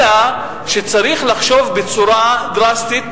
אלא שצריך לחשוב בצורה דרסטית,